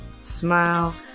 smile